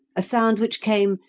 a sound which came,